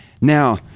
Now